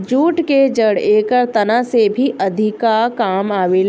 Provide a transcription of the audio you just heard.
jute के जड़ एकर तना से भी अधिका काम आवेला